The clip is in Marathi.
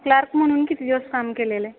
क्लार्क म्हणून किती दिवस काम केलेलं आहे